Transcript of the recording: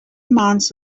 months